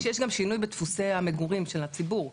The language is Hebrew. אמרתי שיש שינוי בדפוסי המגורים של הציבור.